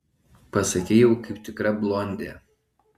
pasakei jau kaip tikra blondė